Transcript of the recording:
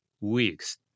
weeks